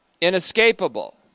inescapable